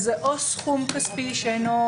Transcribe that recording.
אז או "סכום כספי שאינו